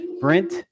Brent